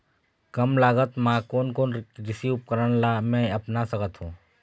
कम लागत मा कोन कोन कृषि उपकरण ला मैं अपना सकथो?